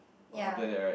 or something like that right